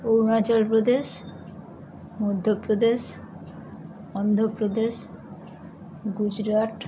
Arunachal Pradesh Madhya Pradesh Andhra Pradesh Gujarat